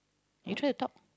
you try to talk